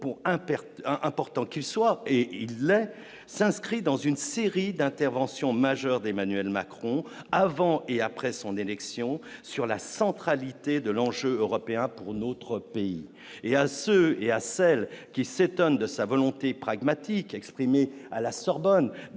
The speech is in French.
important qu'il soit et il voulait s'inscrit dans une série d'interventions majeures d'Emmanuel Macron, avant et après son élection sur la centralité de l'enjeu européen pour notre pays et à ceux et à celles qui s'étonne de sa volonté pragmatique, exprimé à la Sorbonne,